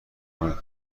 کنید